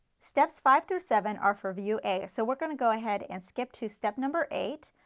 steps five through seven are for view a, so we are going to go ahead and skip to step number eight,